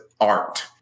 art